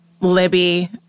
Libby